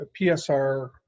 PSR